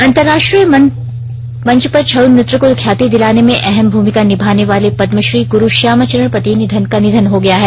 अंतरराष्ट्रीय मंत्र पर छउ नृत्य को ख्याति दिलाने में अहम भूमिका निभाने वाले पदमश्री गुरु श्यामा चरण पति निधन हो गया है